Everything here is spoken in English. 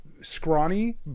scrawny